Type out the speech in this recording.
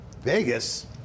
Vegas